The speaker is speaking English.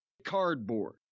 cardboard